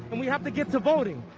and we have to get to voting.